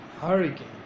Hurricane